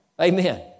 Amen